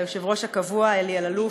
ליושב-ראש הקבוע אלי אלאלוף,